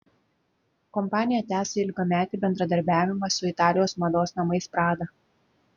kompanija tęsia ilgametį bendradarbiavimą su italijos mados namais prada